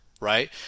right